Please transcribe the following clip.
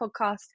podcast